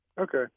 Okay